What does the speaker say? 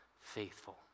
faithful